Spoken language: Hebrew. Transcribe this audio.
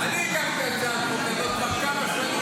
אני הגשתי הצעת חוק כזאת כבר כמה שנים.